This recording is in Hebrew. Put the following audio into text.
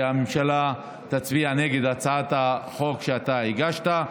והממשלה תצביע נגד הצעת החוק שאתה הגשת.